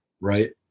right